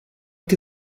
que